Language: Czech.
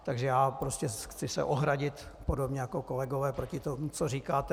Takže já se prostě chci ohradit podobně jako kolegové proti tomu, co říkáte.